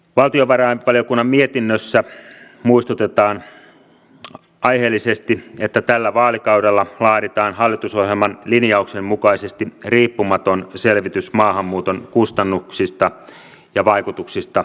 valtiovarainvaliokunnan mietinnössä muistutetaan aiheellisesti että tällä vaalikaudella laaditaan hallitusohjelman linjauksen mukaisesti riippumaton selvitys maahanmuuton kustannuksista ja vaikutuksista yhteiskunnassamme